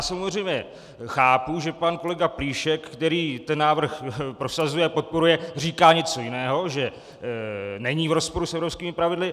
Samozřejmě chápu, že pan kolega Plíšek, který ten návrh prosazuje a podporuje, říká něco jiného, že není v rozporu s evropskými pravidly.